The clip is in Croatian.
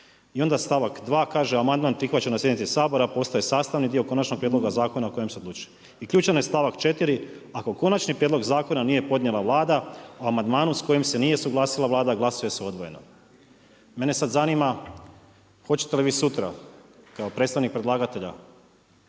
I onda stavak 2. kaže: „Amandman prihvaćen na sjednici Sabora postaje sastavni dio Konačnog prijedloga Zakona o kojem se odlučuje.“. I ključan je stavak 4. „Ako Konačni prijedlog Zakona nije podnijela Vlada o amandmanu s kojim se nije suglasila Vlada glasuje se odvojeno.“. Mene sada zanima hoćete li vi sutra kao predstavnik predlagatelja